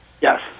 Yes